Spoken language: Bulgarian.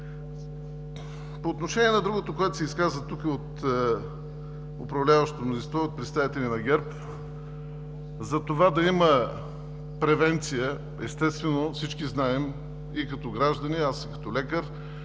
По отношение на другото, което се каза тук от управляващото мнозинство, от представители на ГЕРБ – да има превенция, естествено, всички знаем – като граждани, като хора,